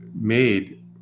made